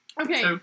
Okay